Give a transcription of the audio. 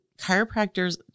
chiropractors